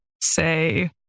say